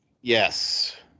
Yes